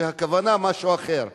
שהכוונה היא למשהו אחר.